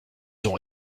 ont